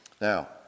Now